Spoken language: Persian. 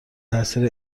تاثیر